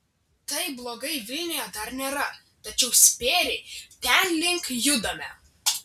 taip blogai vilniuje dar nėra tačiau spėriai tenlink judame